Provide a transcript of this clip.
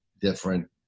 different